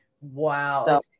Wow